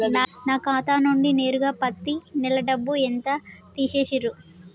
నా ఖాతా నుండి నేరుగా పత్తి నెల డబ్బు ఎంత తీసేశిర్రు?